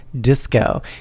Disco